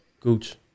gooch